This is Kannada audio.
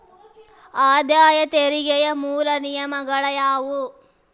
ಆದಾಯ ತೆರಿಗೆಯ ಮೂಲ ನಿಯಮಗಳ ಯಾವು